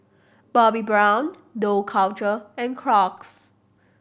Bobbi Brown Dough Culture and Crocs